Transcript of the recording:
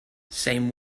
same